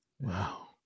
Wow